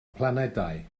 planedau